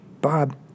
Bob